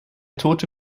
tote